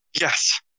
Yes